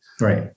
Right